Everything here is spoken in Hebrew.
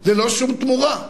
ללא שום תמורה?